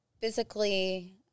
physically